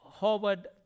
Howard